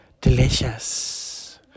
Delicious